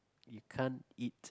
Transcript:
you can't eat